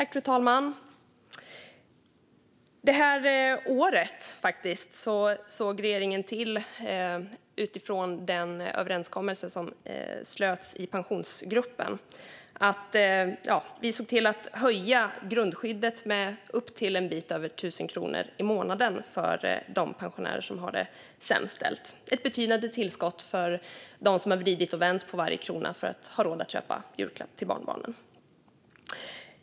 Fru talman! Det här året har regeringen sett till att utifrån den överenskommelse som slöts i Pensionsgruppen höja grundskyddet med upp till en bit över 1 000 kronor i månaden för de pensionärer som har det sämst ställt - ett betydande tillskott för dem som har vridit och vänt på varje krona för att ha råd att köpa julklappar till barnbarnen.